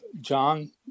John